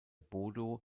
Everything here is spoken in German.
bodo